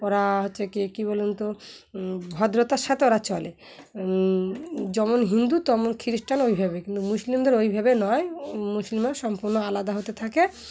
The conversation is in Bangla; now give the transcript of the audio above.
ওরা হচ্ছে ক কী বলেন তো ভদ্রতার সাথে ওরা চলে যেমন হিন্দু তমন খ্রিস্টান ওইভাবে কিন্তু মুসলিমদের ওইভাবে নয় মুসলিমরাও সম্পূর্ণ আলাদা হতে থাকে